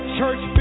church